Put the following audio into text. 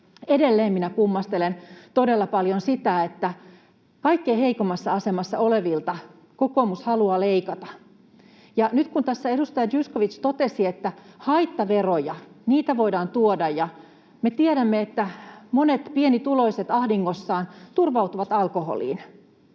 Edelleen minä kummastelen todella paljon sitä, että kaikkein heikoimmassa asemassa olevilta kokoomus haluaa leikata. Nyt tässä edustaja Zyskowicz totesi, että haittaveroja voidaan tuoda, mutta kun me tiedämme, että monet pienituloiset ahdingossaan turvautuvat alkoholiin,